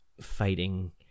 fighting